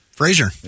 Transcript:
Frazier